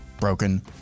broken